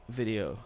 video